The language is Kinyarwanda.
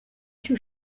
icyo